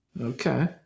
Okay